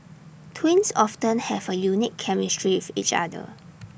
twins often have A unique chemistry with each other